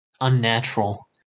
Unnatural